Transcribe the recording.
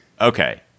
Okay